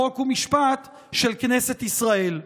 חוק ומשפט של כנסת ישראל.